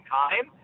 time